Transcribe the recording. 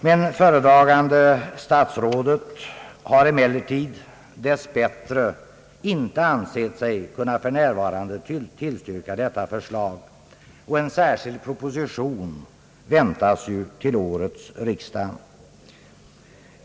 Det föredragande statsrådet har emellertid dess bättre inte för närvarande kunnat tillstyrka detta förslag, och en proposition väntas ju till årets riksdag.